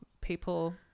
people